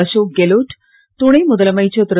அசோக் கெலோட் துணை முதலமைச்சர் திரு